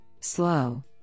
slow